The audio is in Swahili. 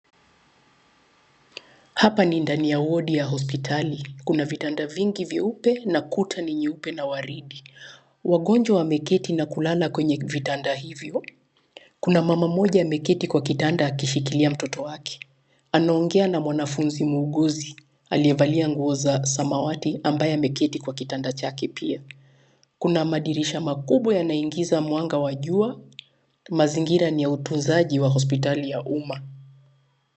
Hapa ni ndani ya wodi ya hospitali. Kuna vitanda vingi vyeupe na kuta ni nyeupe na waridi. Wagonjwa wameketi na kulala kwenye vitanda hivyo. Kuna mama mmoja ameketi kwa kitanda akishikilia mtoto wake. Anaongea na mwanafunzi muuguzi. Alievalia nguo za samawati ambaye ameketi kwa kitanda chake pia. Kuna madirisha makubwa yanaingiza mwanga wa jua. Mazingira ni ya utunzaji wa hospitali ya Uma.